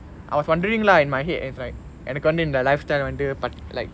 I was wondering lah in my head is like எனக்கு வந்து இந்த:enakku vanthu intha like தேவையானு:thevaiyaanu but like